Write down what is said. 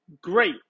great